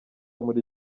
muri